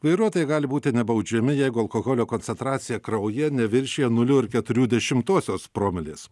vairuotojai gali būti nebaudžiami jeigu alkoholio koncentracija kraujyje neviršija nulio ir keturių dešimtosios promilės